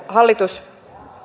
hallitus